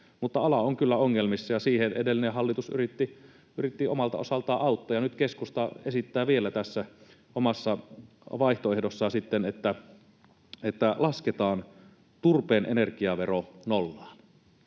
mutta ala on kyllä ongelmissa, ja siinä edellinen hallitus yritti omalta osaltaan auttaa, ja nyt keskusta esittää vielä tässä omassa vaihtoehdossaan sitten, että lasketaan turpeen energiavero nollaan.